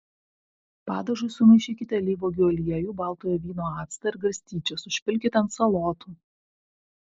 padažui sumaišykite alyvuogių aliejų baltojo vyno actą ir garstyčias užpilkite ant salotų